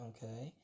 Okay